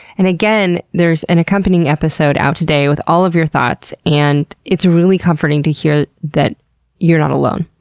and again, there's an accompanying episode out today with all of your thoughts and it's really comforting to hear that you're not alone.